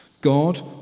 God